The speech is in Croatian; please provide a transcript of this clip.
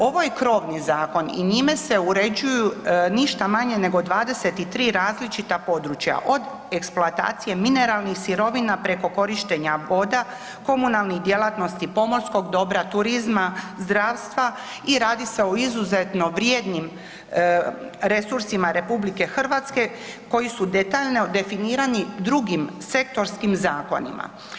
Ovo je krovni zakon i njime se uređuju ništa manje nego 23 različita područja, od eksploatacije mineralnih sirovina preko korištenja voda, komunalnih djelatnosti, pomorskog dobra, turizma, zdravstva i radi se o izuzetno vrijedim resursima RH koji su detaljno definirani drugim sektorskim zakonima.